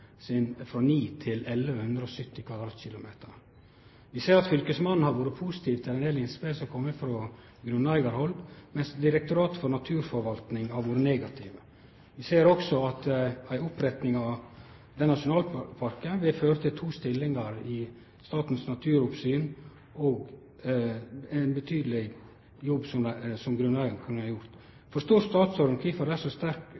frå 9 km2 til 1 170 km2. Vi ser at fylkesmannen har vore positiv til ein del innspel som har kome frå grunneigarhald, mens Direktoratet for naturforvalting har vore negativ. Vi ser også at ei oppretting av denne nasjonalparken vil føre til to stillingar i Statens naturoppsyn, ein betydeleg jobb som grunneigarane kunne ha gjort. Forstår statsråden kvifor det er eit så